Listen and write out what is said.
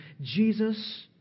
Jesus